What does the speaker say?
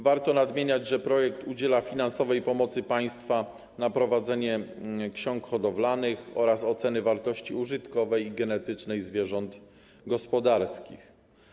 Warto nadmienić, że projekt udziela finansowej pomocy państwa na prowadzenie ksiąg hodowlanych oraz oceny wartości użytkowej i genetycznej zwierząt gospodarskich.